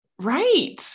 Right